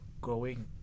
growing